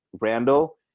randall